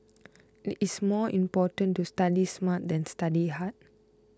it is more important to study smart than study hard